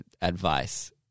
advice